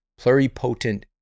Pluripotent